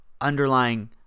underlying